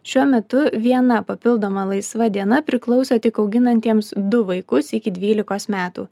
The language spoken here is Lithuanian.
šiuo metu viena papildoma laisva diena priklauso tik auginantiems du vaikus iki dvylikos metų